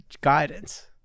guidance